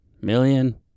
million